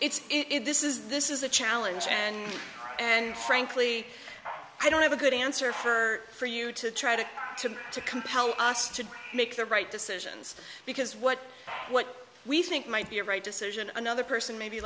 on it's it this is this is a challenge and and frankly i don't have a good answer for for you to try to to to compel us to make the right decisions because what what we think might be a right decision another person may be